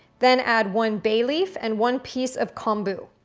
then add one bay leaf and one piece of kombu.